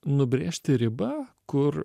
nubrėžti ribą kur